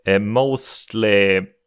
mostly